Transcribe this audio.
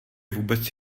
vůbec